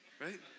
right